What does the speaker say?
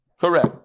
correct